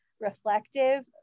reflective